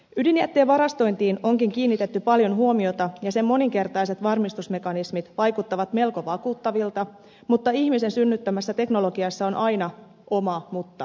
ydinjätteen varastointiin onkin kiinnitetty paljon huomiota ja sen moninkertaiset varmistusmekanismit vaikuttavat melko vakuuttavilta mutta ihmisen synnyttämässä teknologiassa on aina oma muttansa